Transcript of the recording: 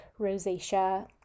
rosacea